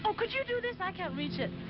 but could you do this? i can't reach it.